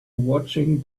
watching